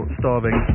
starving